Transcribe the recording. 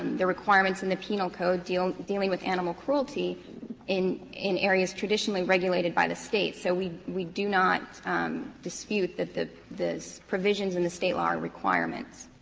the requirements in the penal code dealing dealing with animal cruelty in in areas traditionally regulated by the state. so we we do not dispute that the the provisions in the state law are requirements.